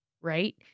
Right